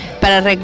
Para